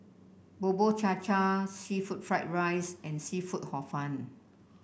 Bubur Cha Cha seafood Fried Rice and seafood Hor Fun